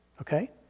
okay